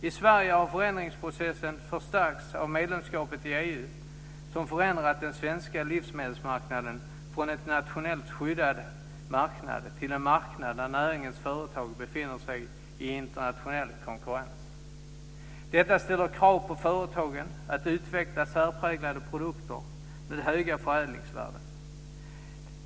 I Sverige har förändringsprocessen förstärkts av medlemskapet i EU, som förändrat den svenska livsmedelsmarknaden från att vara en nationellt skyddad marknad till att vara en marknad där näringens företag befinner sig i internationell konkurrens. Detta ställer krav på företagen att utveckla särpräglade produkter med höga förädlingsvärden.